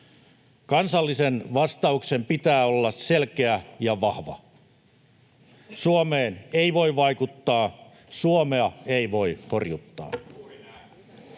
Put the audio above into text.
Kansallisen vastauksen pitää olla selkeä ja vahva. Suomeen ei voi vaikuttaa. Suomea ei voi horjuttaa.